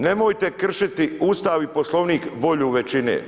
Nemojte krišiti Ustav i Poslovnik, volju većine.